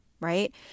right